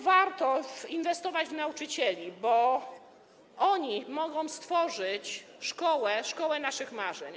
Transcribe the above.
Warto inwestować w nauczycieli, bo oni mogą stworzyć szkołę naszych marzeń.